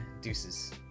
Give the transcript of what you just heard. deuces